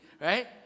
right